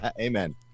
Amen